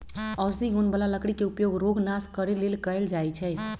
औषधि गुण बला लकड़ी के उपयोग रोग नाश करे लेल कएल जाइ छइ